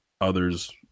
others